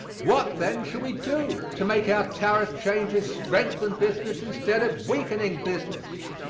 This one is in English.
what, then, shall we do to make our tariff changes strengthen business instead of weakening business?